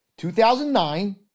2009